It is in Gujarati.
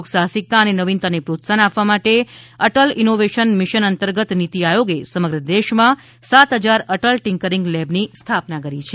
ઉદ્યોગ સાહસિકતા અને નવીનતાને પ્રોત્સાહન આપવા માટે અટલ ઇનોવેશન મિશન અંતર્ગત નીતિ આયોગે સમગ્ર દેશમાં સાત હજાર અટલ ટિંકરિંગ લેબ્સની સ્થાપના કરી છે